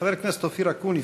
חבר הכנסת אופיר אקוניס,